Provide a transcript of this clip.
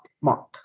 Mark